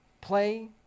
Play